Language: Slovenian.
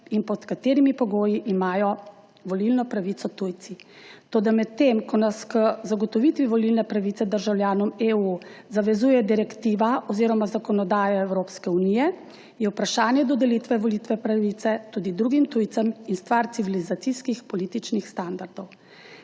in pod katerimi pogoji imajo volilno pravico tujci. Toda medtem ko nas k zagotovitvi volilne pravice državljanom EU zavezuje direktiva oziroma zakonodaja Evropske unije, je vprašanje dodelitve volilne pravice tudi drugim tujcem stvar civilizacijskih političnih standardov.